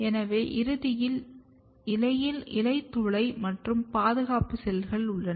எனவே இறுதியில் இலையில் இலைத்துளை மற்றும் பாதுகாப்பு செல்கள் உள்ளன